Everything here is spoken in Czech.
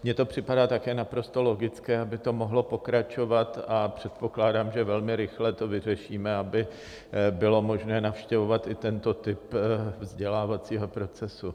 Mně to připadá také naprosto logické, aby to mohlo pokračovat, a předpokládám, že velmi rychle to vyřešíme, aby bylo možné navštěvovat i tento typ vzdělávacího procesu.